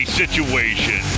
situation